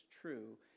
true